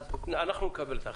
אנחנו נקבל את ההחלטה.